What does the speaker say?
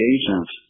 agents